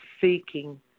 seeking